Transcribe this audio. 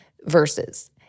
verses